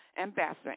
Ambassador